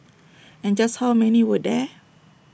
and just how many were there